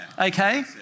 okay